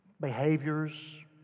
behaviors